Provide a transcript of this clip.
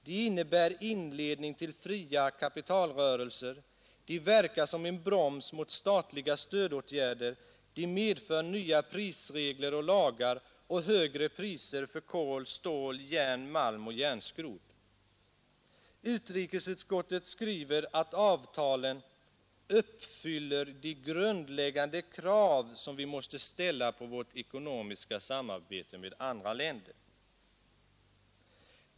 De innebär inledning till fria kapitalrörelser, de verkar som en broms mot statliga stödåtgärder, de medför nya prisregler och lagar och högre priser för kol, stål, järn, malm och järnskrot. Utrikesutskottet skriver att avtalen ”uppfyller de grundläggande krav som vi måste ställa på vårt ekonomiska samarbete med andra länder”.